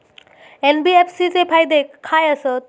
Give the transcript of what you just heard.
NBFC चे फायदे खाय आसत?